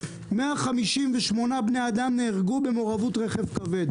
וב-2022 158 בני אדם נהרגו במעורבות רכב כבד.